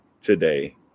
today